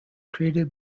created